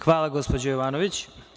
Hvala, gospođo Jovanović.